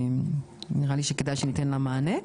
נראה לי שכדאי שניתן לה מענה.